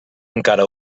encara